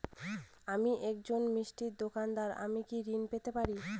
আমি একজন মিষ্টির দোকাদার আমি কি ঋণ পেতে পারি?